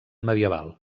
medieval